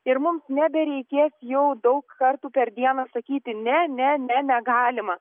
ir mums nebereikės jau daug kartų per dieną sakyti ne ne ne negalima